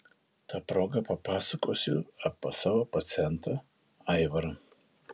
ta proga papasakosiu apie savo pacientą aivarą